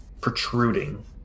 protruding